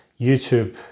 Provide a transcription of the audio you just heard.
YouTube